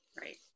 right